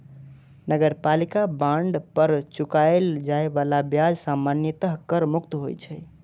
नगरपालिका बांड पर चुकाएल जाए बला ब्याज सामान्यतः कर मुक्त होइ छै